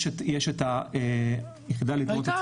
יש את היחידה לתלונות הציבור -- הייתה